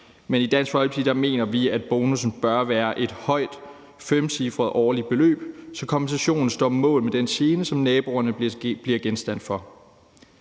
men i Dansk Folkeparti mener vi, at bonussen bør være et højt, femcifret årligt beløb, så kompensationen står mål med den gene, som naboerne bliver genstand for.